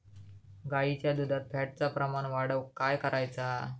गाईच्या दुधात फॅटचा प्रमाण वाढवुक काय करायचा?